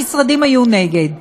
המשרדים היו נגד.